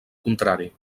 contrari